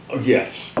yes